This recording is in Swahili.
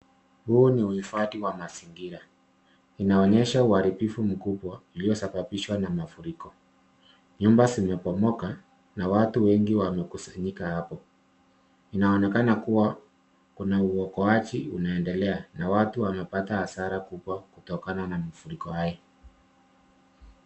Huu ni uhifadhi wa mazingira. Inaonyesha uharibifu mkubwa uliosababishwa na mafuriko. Nyumba zimebomoka na watu wengi wamekusanyika hapo. Inaonekana kuwa kuna uokoaji unaendelea na watu wamepata hasara kubwa kutokana na mafuriko hayo.